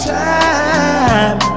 time